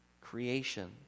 creation